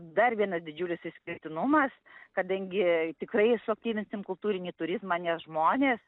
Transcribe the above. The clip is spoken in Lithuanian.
dar vienas didžiulis išskirtinumas kadangi tikrai suaktyvinsim kultūrinį turizmą nes žmonės